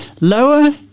Lower